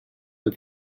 but